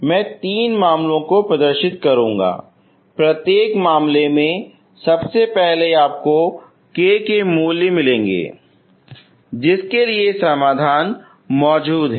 मैं तीन मामलों को प्रदर्शित करूंगा प्रत्येक मामले में सबसे पहले आपको k के मूल्य मिलेंगे जिनके लिए समाधान मौजूद हैं